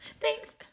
Thanks